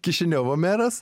kišiniovo meras